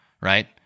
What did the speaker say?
right